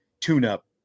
tune-up